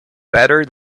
better